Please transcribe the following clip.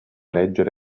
leggere